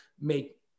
make